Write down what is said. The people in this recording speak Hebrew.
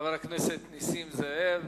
חבר הכנסת נסים זאב,